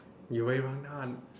you